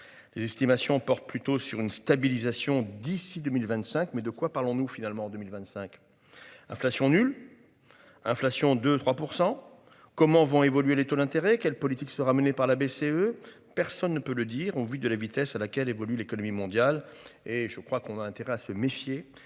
Les estimations portent plutôt sur une stabilisation d'ici 2025. Mais de quoi parlons-nous. Finalement en 2025. Inflation nulle. Inflation de 3%. Comment vont évoluer les taux d'intérêt. Quelle politique sera menée par la BCE. Personne ne peut le dire, au vu de la vitesse à laquelle évolue l'économie mondiale et je crois qu'on a intérêt à se méfier